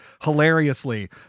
hilariously